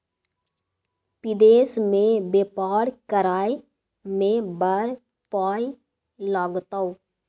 विदेश मे बेपार करय मे बड़ पाय लागतौ